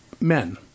men